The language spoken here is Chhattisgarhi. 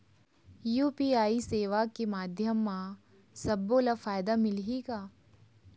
यू.पी.आई सेवा के माध्यम म सब्बो ला फायदा मिलही का?